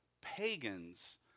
pagans